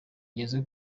igeze